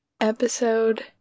Episode